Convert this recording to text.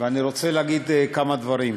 ואני רוצה להגיד כמה דברים.